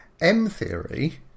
M-Theory